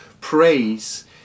praise